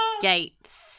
Gates